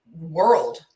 world